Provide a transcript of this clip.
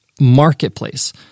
marketplace